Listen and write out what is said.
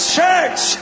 church